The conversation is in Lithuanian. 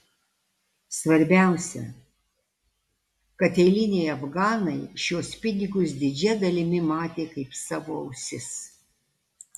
svarbiausia kad eiliniai afganai šiuos pinigus didžia dalimi matė kaip savo ausis